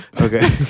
Okay